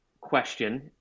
question